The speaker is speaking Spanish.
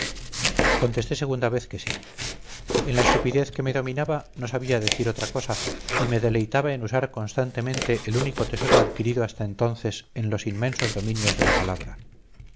contesté segunda vez que sí en la estupidez que me dominaba no sabía decir otra cosa y me deleitaba el usar constantemente el único tesoro adquirido hasta entonces en los inmensos dominios de la palabra